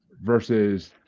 versus